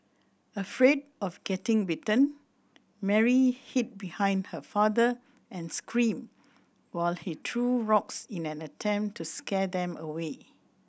afraid of getting bitten Mary hid behind her father and screamed while he threw rocks in an attempt to scare them away